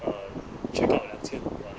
uh check out 两千五 ah